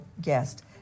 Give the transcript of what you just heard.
guest